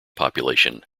population